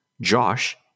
Josh